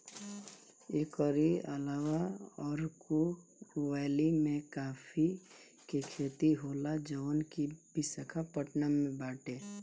एकरी अलावा अरकू वैली में काफी के खेती होला जवन की विशाखापट्टनम में बाटे